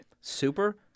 Super